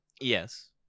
Yes